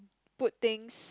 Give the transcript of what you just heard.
put things